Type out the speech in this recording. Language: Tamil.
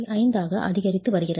5 அதிகரித்து வருகிறது